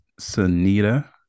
Sunita